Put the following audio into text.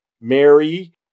Mary